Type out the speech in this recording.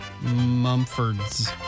Mumford's